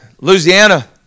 Louisiana